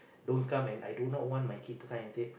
don't come and I do not want my kid to come and say